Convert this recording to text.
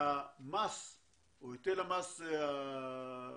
אנחנו לא יכולים להגיד לה לעשות את זה עם פיילוט או בלי פיילוט.